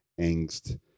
angst